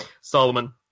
Solomon